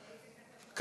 איזה כתבה?